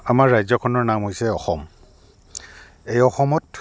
আমাৰ ৰাজ্যখনৰ নাম হৈছে অসম এই অসমত